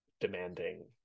demanding